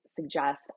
suggest